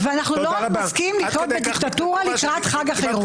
אנחנו לא נסכים לחיות בדיקטטורה לקראת חג החירות.